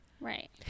right